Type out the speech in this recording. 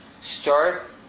start